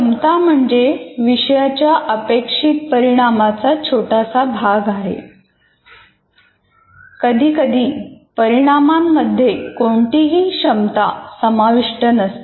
कधीकधी परिणामांमध्ये कोणतीही क्षमता समाविष्ट नसते